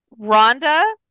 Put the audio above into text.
Rhonda